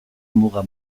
muga